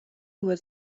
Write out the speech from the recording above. was